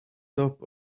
top